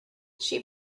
she